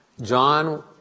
John